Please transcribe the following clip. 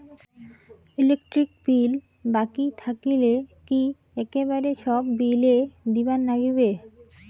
Electric bill বাকি থাকিলে কি একেবারে সব বিলে দিবার নাগিবে?